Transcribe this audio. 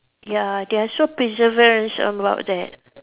ya they are so perseverance about that